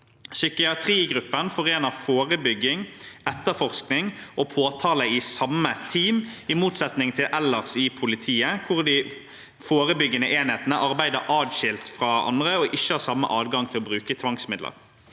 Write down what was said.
Psykiatrigruppen forener forebygging, etterforskning og påtale i samme team, i motsetning til ellers i politiet, hvor de forebyggende enhetene arbeider atskilt fra andre og ikke har samme adgang til å bruke tvangsmidler.